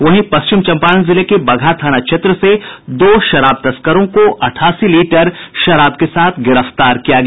वहीं पश्चिम चंपारण जिले के बगहा थाना क्षेत्र से दो शराब तस्करों को अठासी लीटर शराब के साथ गिरफ्तार किया गया